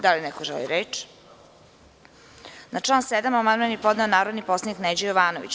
Da li neko želi reč? (Ne) Na član 7. amandman je podneo narodni poslanik Neđo Jovanović.